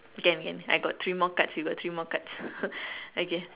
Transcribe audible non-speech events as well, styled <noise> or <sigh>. again again I got three more cards you got three more cards <laughs> okay